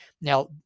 Now